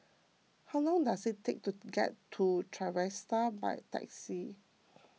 how long does it take to get to Trevista by taxi